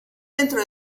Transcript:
dentro